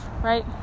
right